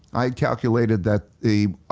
i had calculated that